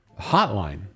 hotline